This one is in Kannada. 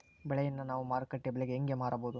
ಬೆಳೆಯನ್ನ ನಾವು ಮಾರುಕಟ್ಟೆ ಬೆಲೆಗೆ ಹೆಂಗೆ ಮಾರಬಹುದು?